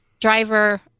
driver